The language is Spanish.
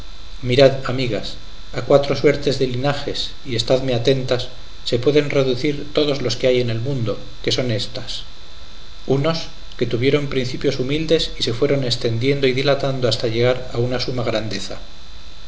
mirad amigas a cuatro suertes de linajes y estadme atentas se pueden reducir todos los que hay en el mundo que son éstas unos que tuvieron principios humildes y se fueron estendiendo y dilatando hasta llegar a una suma grandeza